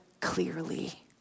clearly